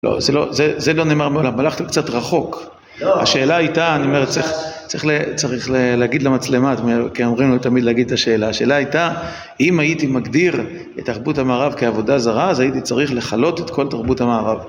לא, זה לא נאמר מעולם, הלכתם קצת רחוק. השאלה הייתה, אני אומר, צריך להגיד למצלמה, כי אומרים לי תמיד להגיד את השאלה, השאלה הייתה: אם הייתי מגדיר את תרבות המערב כעבודה זרה, אז הייתי צריך לכלות את כל תרבות המערב